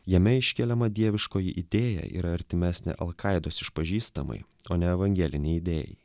jame iškeliama dieviškoji idėja yra artimesnė alkaidos išpažįstamai o ne evangelinei idėjai